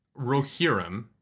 Rohirrim